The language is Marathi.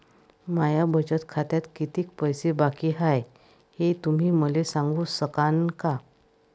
माया बचत खात्यात कितीक पैसे बाकी हाय, हे तुम्ही मले सांगू सकानं का?